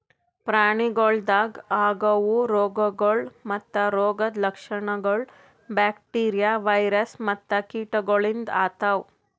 ಪ್ರಾಣಿಗೊಳ್ದಾಗ್ ಆಗವು ರೋಗಗೊಳ್ ಮತ್ತ ರೋಗದ್ ಲಕ್ಷಣಗೊಳ್ ಬ್ಯಾಕ್ಟೀರಿಯಾ, ವೈರಸ್ ಮತ್ತ ಕೀಟಗೊಳಿಂದ್ ಆತವ್